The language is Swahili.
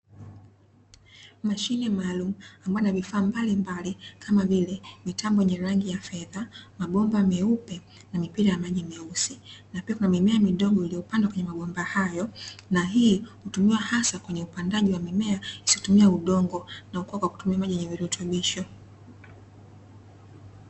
Mashine maaalumu ambayo ina vifaa mbalimbali kama vile mitambo yenye rangi ya fedha, mabomba meupe na mipira ya maji meusi. Na pia kuna mimea midogo iliyopandwa kwenye mabomba hayo, na hii hutumiwa hasa kwenye upandaji wa mimea isiyotumia udongo na hukua kwa kutumia maji yenye virutubisho.